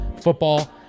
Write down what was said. football